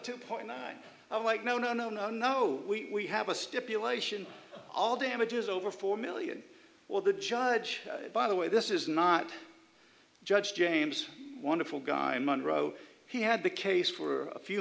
two point nine oh wait no no no no no we have a stipulation all damages over four million well the judge by the way this is not judge james wonderful guy munroe he had the case for a few